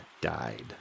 died